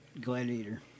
Gladiator